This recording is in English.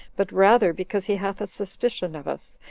but rather because he hath a suspicion of us,